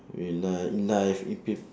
in life in life in pe~